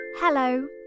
Hello